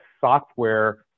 software